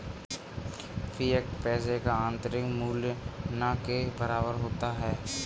fiat पैसे का आंतरिक मूल्य न के बराबर होता है